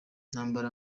nambara